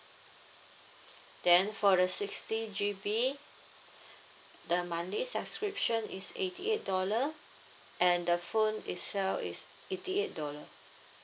then for the sixty G_B the monthly subscription is eighty eight dollar and the phone itself is eighty eight dollar